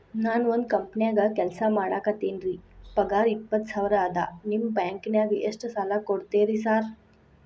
ನಾನ ಒಂದ್ ಕಂಪನ್ಯಾಗ ಕೆಲ್ಸ ಮಾಡಾಕತೇನಿರಿ ಪಗಾರ ಇಪ್ಪತ್ತ ಸಾವಿರ ಅದಾ ನಿಮ್ಮ ಬ್ಯಾಂಕಿನಾಗ ಎಷ್ಟ ಸಾಲ ಕೊಡ್ತೇರಿ ಸಾರ್?